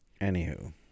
Anywho